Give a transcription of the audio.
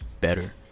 better